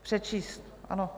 Přečíst, ano.